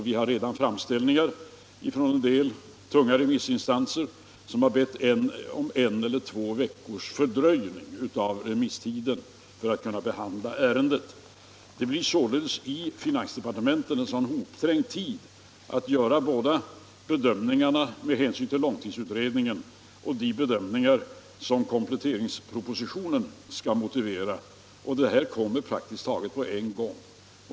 Vi har redan fått framställningar från en del tunga remissinstanser, där man bett om en eller två veckors utsträckning av remisstiden för att kunna behandla ärendet. Finansdepartementet får således en knappt tillmätt tid för att göra både de bedömningar som långtidsutredningen och de bedömningar som kompletteringspropositionen kan motivera, och detta kommer praktiskt taget på en gång.